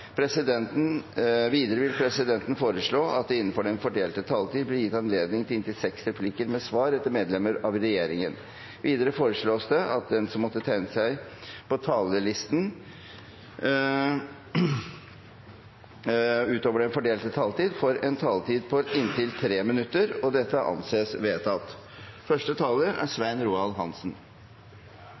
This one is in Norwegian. presidenten foreslå at det – innenfor den fordelte taletid – blir gitt anledning til inntil seks replikker med svar etter medlemmer av regjeringen. Videre foreslås det at de som måtte tegne seg på talerlisten utover den fordelte taletid, får en taletid på inntil 3 minutter. – Det anses vedtatt.